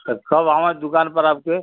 sir कब आवै दुकान पर आपके